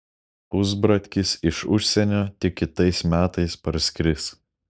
pusbratkis iš užsienio tik kitais metais parskris